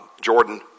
Jordan